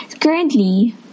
Currently